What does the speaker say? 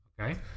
Okay